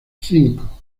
cinco